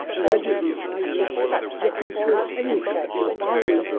allegedly high rates. but you have to return anything if you're borrowing,